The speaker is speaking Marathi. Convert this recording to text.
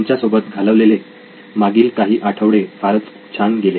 तुमच्यासोबत घालवलेले मागील काही आठवडे फारच छान गेले